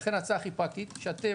ולכן ההצעה הכי פרקטית שאתם,